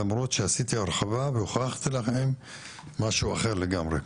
למרות שעשיתי הרחבה והוכחתי לכם משהו אחר לגמרי,